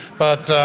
but